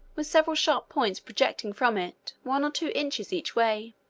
with several sharp points projecting from it one or two inches each way.